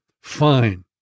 fine